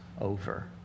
over